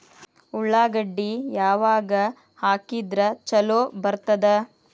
ಉಳ್ಳಾಗಡ್ಡಿ ಯಾವಾಗ ಹಾಕಿದ್ರ ಛಲೋ ಬರ್ತದ?